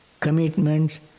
commitments